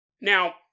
Now